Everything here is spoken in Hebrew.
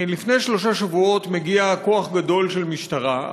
לפני שלושה שבועות מגיע כוח גדול של משטרה,